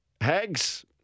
Hags